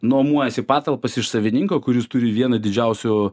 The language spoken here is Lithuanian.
nuomojasi patalpas iš savininko kuris turi vieną didžiausių